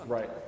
Right